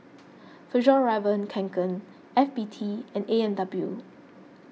Fjallraven Kanken F B T and A and W